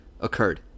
occurred